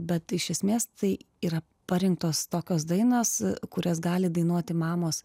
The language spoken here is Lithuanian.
bet iš esmės tai yra parinktos tokios dainos kurias gali dainuoti mamos